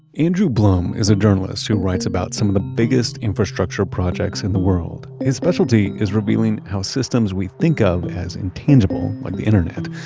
andrew blum is a journalist who writes about some of the biggest infrastructure projects in the world. his specialty is revealing how systems we think of as intangible, like the internet,